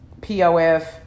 POF